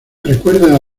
recuerda